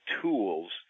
tools